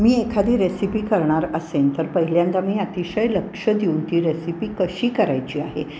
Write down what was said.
मी एखादी रेसिपी करणार असेन तर पहिल्यांदा मी अतिशय लक्ष देऊन ती रेसिपी कशी करायची आहे